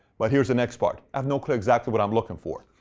but here's the next part. i have no clue exactly what i'm looking for.